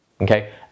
okay